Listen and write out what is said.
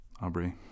Aubrey